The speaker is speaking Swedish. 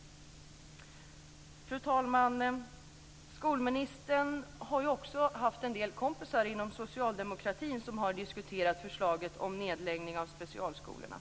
Fru talman! Skolministern har ju också en del kompisar inom socialdemokratin som har diskuterat förslaget om nedläggning av specialskolorna.